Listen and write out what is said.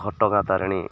ଘଟ ଗାଁ ତାରିଣୀ